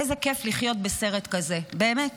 איזה כייף לחיות בסרט כזה, באמת.